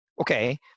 okay